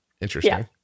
Interesting